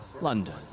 London